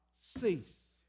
cease